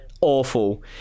awful